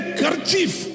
kerchief